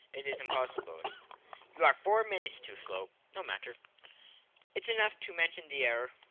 it is impossible you are four minutes too slow. no matter it's enough to mention the error.